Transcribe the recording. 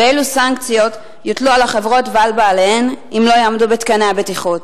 ואילו סנקציות יוטלו על החברות ועל בעליהן אם לא יעמדו בתקני הבטיחות?